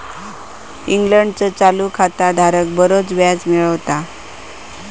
इंग्लंडचो चालू खाता धारक बरोच व्याज मिळवता